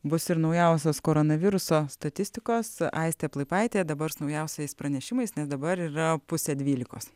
bus ir naujausios koronaviruso statistikos aistė plaipaitė dabar su naujausiais pranešimais nes dabar yra pusė dvylikos